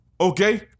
Okay